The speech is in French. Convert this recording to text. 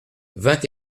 vingt